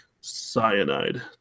cyanide